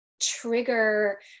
trigger